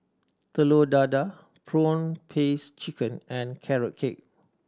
Telur Dadah prawn paste chicken and Carrot Cake